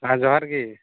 ᱦᱮᱸ ᱡᱚᱦᱟᱨ ᱜᱮ